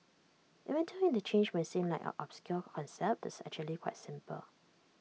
even though interchange might seem like an obscure concept IT is actually quite simple